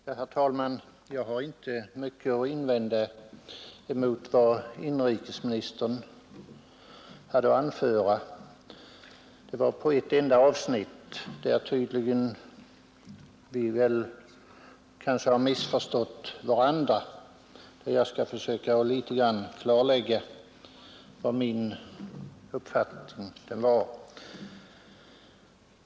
Herr talman! Jag har inte mycket att invända mot vad inrikesministern anförde. Det är egentligen bara på ett enda avsnitt som vi tydligen har missförstått varandra och där jag skall försöka att klarlägga min uppfattning något litet.